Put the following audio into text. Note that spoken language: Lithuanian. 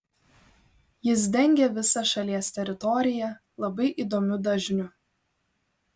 jis dengė visą šalies teritoriją labai įdomiu dažniu